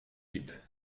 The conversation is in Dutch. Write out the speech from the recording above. diep